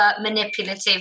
manipulative